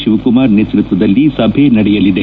ಶಿವಕುಮಾರ್ ನೇತೃತ್ವದಲ್ಲಿ ಸಭೆ ನಡೆಯಲಿದೆ